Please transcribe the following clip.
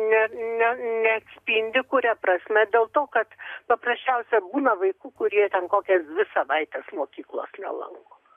ne ne neatspindi kuria prasme dėl to kad paprasčiausia būna vaikų kurie ten kokias dvi savaites mokyklos nelanko